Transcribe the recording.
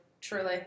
truly